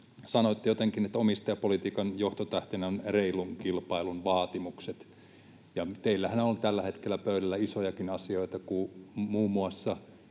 sanoitte jotenkin, että omistajapolitiikan johtotähtenä on reilun kilpailun vaatimukset. Teillähän on tällä hetkellä pöydällä isojakin asioita, muun muassa